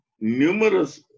numerous